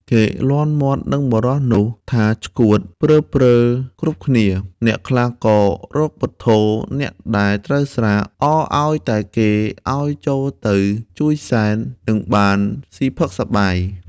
គេលាន់មាត់និងបុរសនោះ ថាឆ្កួតថាព្រើលគ្រប់ៗ គ្នា អ្នកខ្លះក៏រកពុទ្ធោ អ្នកដែលត្រូវស្រា អរឱ្យតែគេហៅឱ្យចូលទៅជួយសែន និងបានស៊ីផឹកសប្បាយ ។